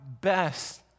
best